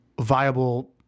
viable